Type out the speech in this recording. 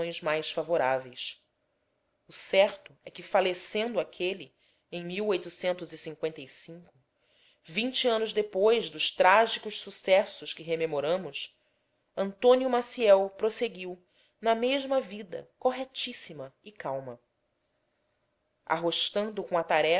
mais favoráveis o certo é que falecendo aquele em vinte anos depois dos trágicos sucessos que rememoramos antônio maciel prosseguiu na mesma vida corretíssima e calma arrostando com a tarefa